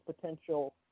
potential